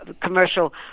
commercial